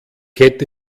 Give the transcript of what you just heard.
hätte